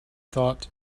thought